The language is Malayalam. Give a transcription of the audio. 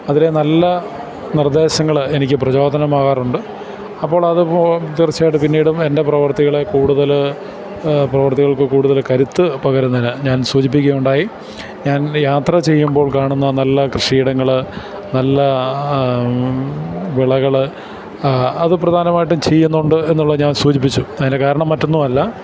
അതിലെ നല്ല നിർദ്ദേശങ്ങള് എനിക്കു പ്രചോദനമാകാറുണ്ട് അപ്പോൾ അതിപ്പോള് തീർച്ചയായിട്ടു പിന്നീടും എൻ്റെ പ്രവൃത്തികളെ കൂടുതല് പ്രവൃത്തികൾക്കു കൂടുതല് കരുത്തു പകരുന്നതിനു ഞാൻ സൂചിപ്പിക്കുകുണ്ടായി ഞാൻ യാത്ര ചെയ്യുമ്പോൾ കാണുന്ന നല്ല കൃഷിയിടങ്ങള് നല്ല വിളകള് അതു പ്രധാനമായിട്ടും ചെയ്യുന്നുണ്ട് എന്നുള്ള ഞാൻ സൂചിപ്പിച്ചു അതിൻ്റെ കാരണം മറ്റൊന്നുമല്ല